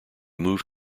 moved